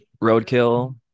roadkill